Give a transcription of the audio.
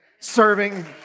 Serving